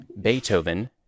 Beethoven